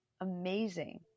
amazing